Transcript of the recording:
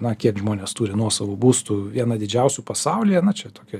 na kiek žmonės turi nuosavų būstų viena didžiausių pasaulyje na čia tokia